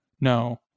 No